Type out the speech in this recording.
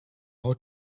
how